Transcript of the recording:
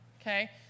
okay